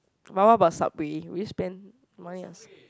but what about Subway will you spend money on Sub~